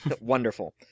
Wonderful